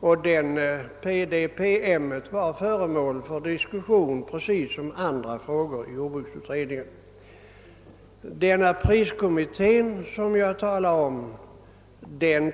Denna promemoria var föremål för diskussion precis som andra frågor i jordbruksutredningen. Den priskommitté som jag talade om